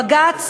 בג"ץ